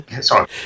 sorry